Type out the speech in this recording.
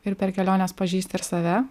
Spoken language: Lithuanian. ir per keliones pažįsti ir save